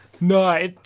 No